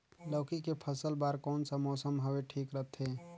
लौकी के फसल बार कोन सा मौसम हवे ठीक रथे?